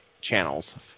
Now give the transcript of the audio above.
channels